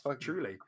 truly